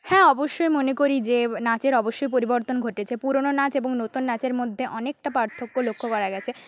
হ্যাঁ অবশ্যই মনে করি যে নাচের অবশ্যই পরিবর্তন ঘটেছে পুরোনো নাচ এবং নতুন নাচের মধ্যে অনেকটা পার্থক্য লক্ষ্য করা গেছে